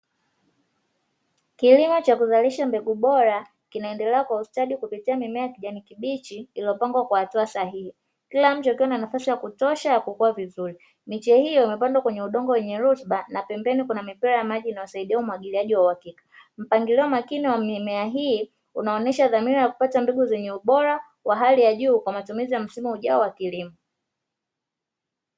Kilimo cha kuzalisha mbegu bora kinaendelea kwa ustadi kupitia mimea ya kijani kibichi iliyopangwa kwa hatua sahihi kila mtu akiwa na nafasi ya kutosha ya kukua vizuri miche hiyo imepandwa kwenye udongo wenye ruthba na pembeni kuna mipeo ya maji na wasaidie umwagiliaji wa uhakika mpangilio makini wameahidi unaonyesha dhamira ya kupata mbegu zenye ubora wa hali ya juu kwa matumizi ya msimu ujao wa kilimo.